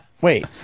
Wait